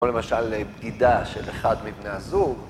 כמו למשל בגידה של אחד מבני הזוג.